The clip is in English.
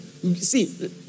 See